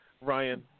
Ryan